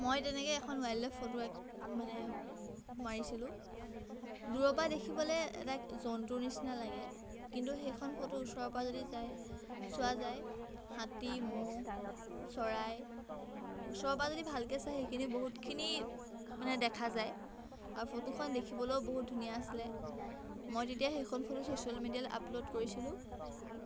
মই তেনেকৈ এখন ৱাইল্ডলাইফ ফটো মানে মৰিছিলোঁ দূৰৰ পৰা দেখিবলৈ জন্তু নিচিনা লাগে কিন্তু সেইখন ফটো ওচৰৰ পৰা যদি যায় চোৱা যায় হাতী ম'হ চৰাই ওচৰৰ পৰা যদি ভালকৈ চায় সেইখিনি বহুতখিনি মানে দেখা যায় আৰু ফটোখন দেখিবলৈও বহুত ধুনীয়া আছিলে মই তেতিয়া সেইখন ফটো ছ'চিয়েল মিডিয়াত আপলোড কৰিছিলোঁ